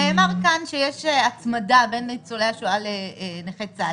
נאמר כאן שיש הצמדה של ניצולי השואה לנכי צה"ל.